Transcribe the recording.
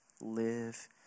live